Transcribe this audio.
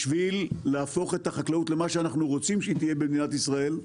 כדי להפוך את החקלאות למה שאנחנו רוצים שהיא תהיה במדינת ישראל,